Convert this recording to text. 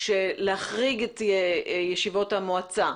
להחריג את ישיבות המועצה,